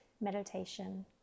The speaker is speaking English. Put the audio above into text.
meditation